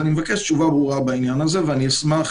אני מבקש תשובה ברורה בעניין הזה ואני אשמח